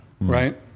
right